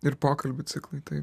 ir pokalbių ciklai taip